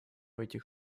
этих